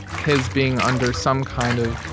his being under some kind of.